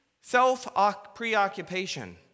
self-preoccupation